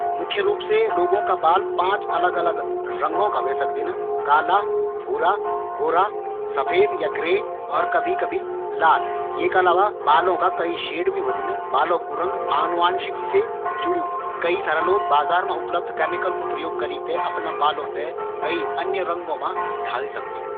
मुख्य रूप से लोगों का बाल पांच अलग अलग रंगों का ह्वे सकदिन। काला, भूरा, गोरा सफ़ेद या ग्रे और कभी कभी लाल। येका अलावा बालों का शेड भी होंदिन। बालों कू रंग आनुवाँशिकी से जुड़यु होंदु। लोग बाजार मा उपलब्ध कैमिकलों का माध्यम से अपना बालों थें कै भी रंग मा ढाली सकदिन।